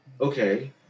Okay